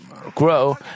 grow